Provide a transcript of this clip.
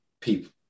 people